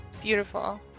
Beautiful